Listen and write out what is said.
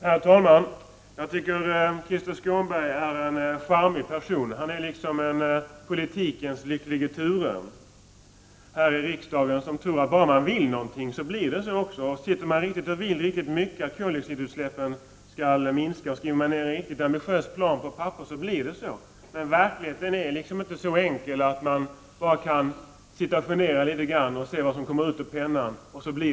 Herr talman! Jag tycker att Krister Skånberg är en charmerande person. Han är något av politikens lycklige Ture här i riksdagen. Han tror att bara man vill någonting blir det också så. Sitter man och vill riktigt mycket att koldioxidutsläppen skall minska och skriver man ned en riktigt ambitiös plan på papperet så blir det så. Men verkligheten är inte så enkel att man bara kan sitta och fundera litet grand och se vad som kommer ut ur pennan.